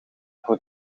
voor